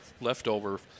leftover